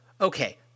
Okay